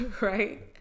right